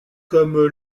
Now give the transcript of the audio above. comme